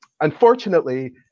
unfortunately